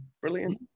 Brilliant